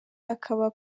akaba